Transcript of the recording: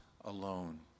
alone